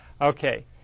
Okay